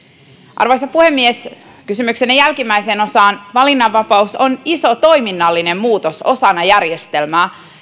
arvoisa puhemies kysymyksenne jälkimmäiseen osaan valinnanvapaus on iso toiminnallinen muutos osana järjestelmää